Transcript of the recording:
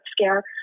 scare